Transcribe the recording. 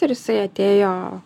ir jisai atėjo